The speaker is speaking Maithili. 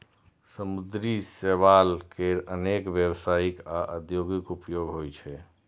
समुद्री शैवाल केर अनेक व्यावसायिक आ औद्योगिक उपयोग होइ छै